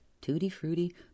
tutti-frutti